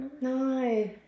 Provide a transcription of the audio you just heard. no